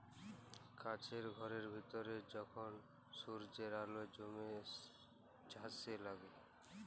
কাছের ঘরের ভিতরে যখল সূর্যের আল জ্যমে ছাসে লাগে